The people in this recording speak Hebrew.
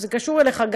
זה קשור גם אליך,